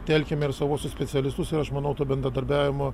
telkiam ir savuosius specialistus ir aš manau to bendradarbiavimo